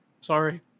Sorry